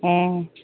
ᱦᱮᱸ